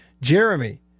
Jeremy